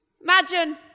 Imagine